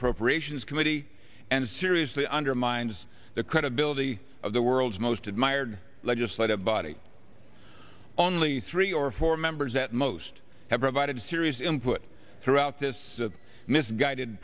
appropriations committee and seriously undermines the credibility of the world's most admired legislative body on li three or four members at most have provided serious input throughout this misguided